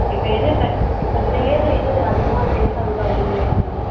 இப்போ எது இப்போ இப்போ இந்த இயரில் எது அதிகமாக சேல்ஸ் ஆகுதோ அது மாதிரி வேணும்ங்க மேம்